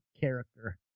character